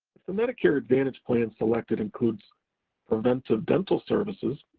if the medicare advantage plan selected includes preventive dental services,